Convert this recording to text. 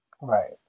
right